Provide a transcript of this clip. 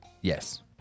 Yes